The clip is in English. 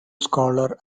scholar